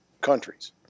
countries